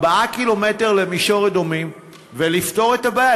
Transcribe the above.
4 קילומטר למישור-אדומים, ולפתור את הבעיה?